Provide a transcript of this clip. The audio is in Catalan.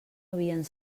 havien